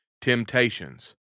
temptations